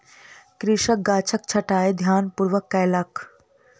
कृषक गाछक छंटाई ध्यानपूर्वक कयलक